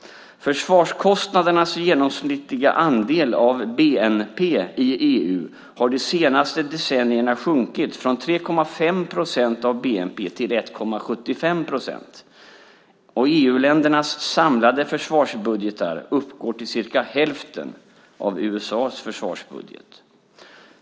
Försvarskostnadernas genomsnittliga andel av bnp i EU har de senaste decennierna sjunkit från 3,5 procent av bnp till 1,75 procent. EU-ländernas samlade försvarsbudgetar uppgår till cirka hälften av USA:s försvarsbudget.